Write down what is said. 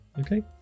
Okay